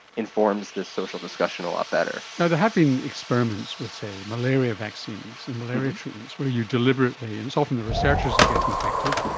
informs this social discussion a lot better. you know there have been experiments with, say, malaria vaccines and malaria treatments where you deliberately, and it's often the researchers who get infected,